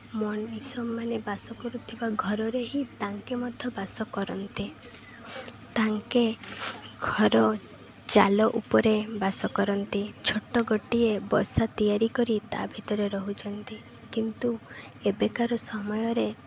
ମଣିଷମାନେ ବାସ କରୁଥିବା ଘରରେ ହିଁ ତାଙ୍କେ ମଧ୍ୟ ବାସ କରନ୍ତି ତାଙ୍କେ ଘର ଚାଳ ଉପରେ ବାସ କରନ୍ତି ଛୋଟ ଗୋଟିଏ ବସା ତିଆରି କରି ତା ଭିତରେ ରହୁଛନ୍ତି କିନ୍ତୁ ଏବେକାର ସମୟରେ